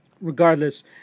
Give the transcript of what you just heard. Regardless